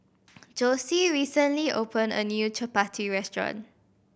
Josie recently opened a new Chappati restaurant